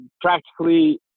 practically